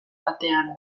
batean